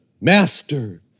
Master